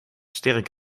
sterk